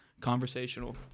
conversational